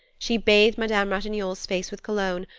she bathed madame ratignolle's face with cologne,